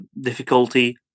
difficulty